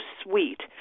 sweet